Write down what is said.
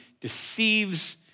deceives